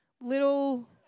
Little